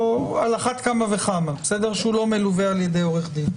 אז על אחת כמה וכמה כשהוא לא מלווה על ידי עורך דין.